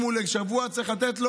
לא